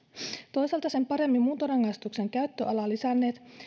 toisaalta sen paremmin muuntorangaistuksen käyttöalaa lisänneet